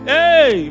Hey